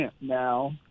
now